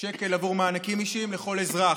שקל עבור מענקים אישיים לכל אזרח.